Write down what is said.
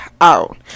out